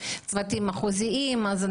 לכם